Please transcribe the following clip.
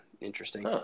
Interesting